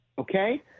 okay